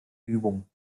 übung